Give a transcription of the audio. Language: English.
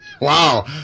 Wow